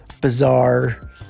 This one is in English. bizarre